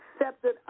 accepted